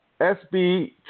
SB